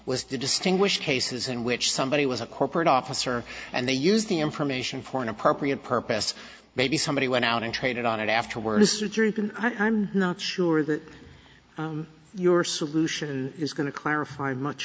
was to distinguish cases in which somebody was a corporate officer and they used the information for an appropriate purpose maybe somebody went out and traded on it afterwards richard can i'm not sure that your solution is going to clarify much